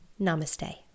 namaste